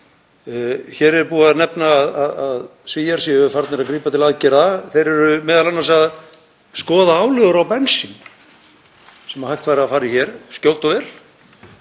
Hér er búið að nefna að Svíar séu farnir að grípa til aðgerða. Þeir eru m.a. að skoða álögur á bensín, sem hægt væri að fara í hér skjótt og vel.